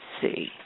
see